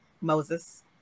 Moses